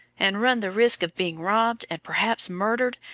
and run the risk of being robbed and perhaps murdered,